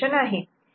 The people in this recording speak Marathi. Y A B